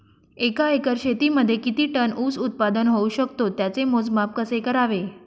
एका एकर शेतीमध्ये किती टन ऊस उत्पादन होऊ शकतो? त्याचे मोजमाप कसे करावे?